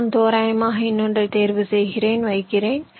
நான் தோராயமாக இன்னொன்றைத் தேர்வு செய்கிறேன் வைக்கிறேன்